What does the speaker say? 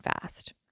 fast